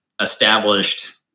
established